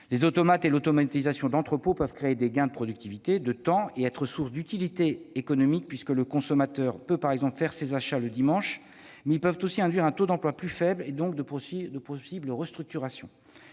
les automates et l'automatisation d'entrepôts peuvent permettre des gains de productivité, de temps, et être sources d'utilité économique, puisque le consommateur peut par exemple faire ses achats le dimanche, mais ils peuvent aussi induire un taux d'emploi plus faible, et donc de possibles restructurations.